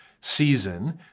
season